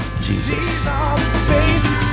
Jesus